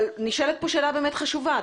נשאלת כאן שאלה באמת חשובה.